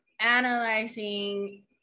analyzing